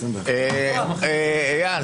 (הישיבה נפסקה בשעה 11:17 ונתחדשה בשעה 11:21.) רבותיי,